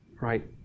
right